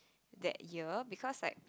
that year because like